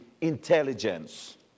intelligence